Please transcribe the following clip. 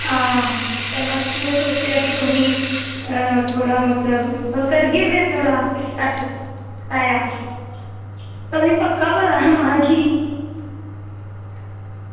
आं ते बस में सोचेआ की तुसेंगी की तुसेंगी थोह्ड़ा मतलब करगे थोह्ड़ा किराया तुसेंगी पक्का पता हा में हा ठीक